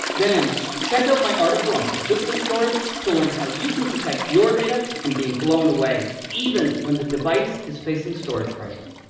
then check out my article on persistent storage to learn how you can protect your data from being blown away, even when the device is facing storage pressure.